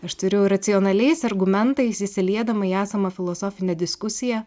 aš turiu racionaliais argumentais įsiliedama į esamą filosofinę diskusiją